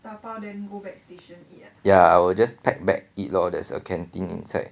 ya I will just pack back eat lor there's a canteen inside